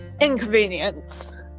inconvenience